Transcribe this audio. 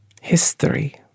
history